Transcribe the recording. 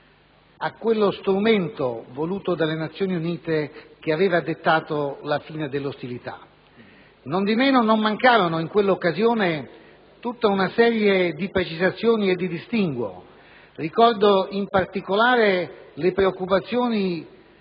a quello strumento, voluto dalle Nazioni Unite, che aveva dettato la fine delle ostilità. Nondimeno non mancarono in quella occasione tutta una serie di precisazioni e di distinguo. Ricordo, in particolare, le preoccupazioni